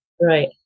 Right